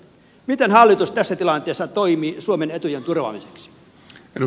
miten hallitus tässä tilanteessa toimii suomen etujen turvaamiseksi